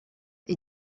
est